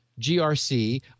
GRC